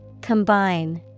Combine